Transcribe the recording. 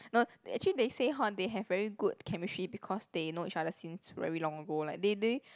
no actually they say hor they have very good chemistry because they know each other since very long ago like they they